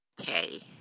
Okay